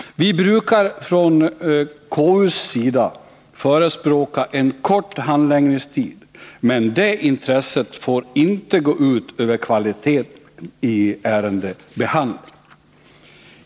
Vi brukar från KU:s sida förespråka en kort handläggningstid. Men det intresset får inte gå ut över kvaliteten i ärendebehandlingen.